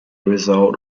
result